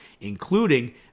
including